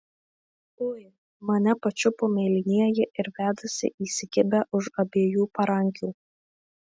ui mane pačiupo mėlynieji ir vedasi įsikibę už abiejų parankių